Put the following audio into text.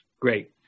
Great